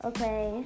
Okay